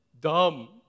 dumb